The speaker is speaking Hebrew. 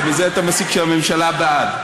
ומזה אתה מסיק שהממשלה בעד,